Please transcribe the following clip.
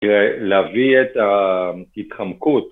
להביא את ההתחמקות